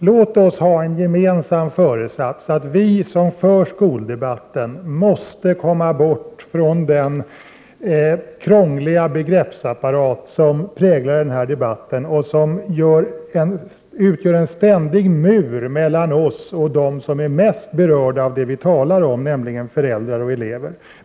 Låt oss ha en gemensam föresats att vi som för skoldebatten måste komma bort från den krångliga begreppsapparat som präglar denna debatt och som utgör en ständig mur mellan oss och dem som är mest berörda av det som vi talar om, nämligen föräldrar och elever.